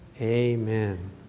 Amen